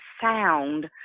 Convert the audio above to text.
sound